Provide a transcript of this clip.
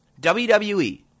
WWE